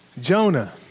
Jonah